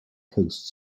coast